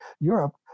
Europe